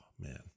man